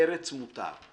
ארץ מותר /